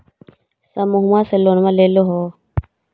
समुहवा से लोनवा लेलहो हे?